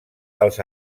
els